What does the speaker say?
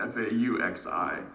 f-a-u-x-i